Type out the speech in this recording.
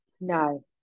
no